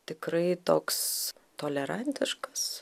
tikrai toks tolerantiškas